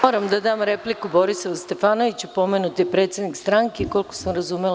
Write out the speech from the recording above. Moram da dam repliku Borislavu Stefanoviću, pomenut je predsednik stranke, koliko sam razumela.